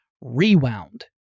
rewound